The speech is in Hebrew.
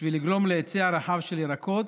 בשביל לגרום להיצע רחב של ירקות,